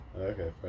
Okay